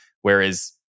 whereas